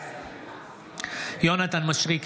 בעד יונתן מישרקי,